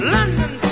London